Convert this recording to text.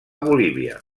bolívia